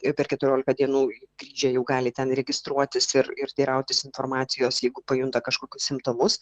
ir per keturiolika dienų grįžę jau gali ten registruotis ir ir teirautis informacijos jeigu pajunta kažkokius simptomus